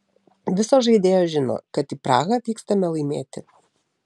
visos žaidėjos žino kad į prahą vykstame laimėti